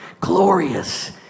glorious